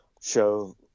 show